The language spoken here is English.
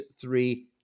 three